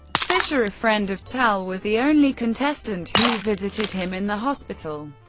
fischer, a friend of tal, was the only contestant who visited him in the hospital.